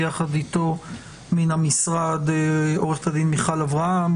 איתו מהמשרד עו"ד מיכל אברהם,